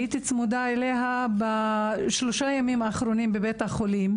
הייתי צמודה אליה בשלושת הימים האחרונים בבית החולים,